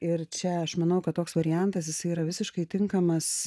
ir čia aš manau kad toks variantas jisai yra visiškai tinkamas